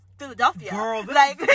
Philadelphia